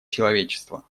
человечества